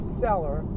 seller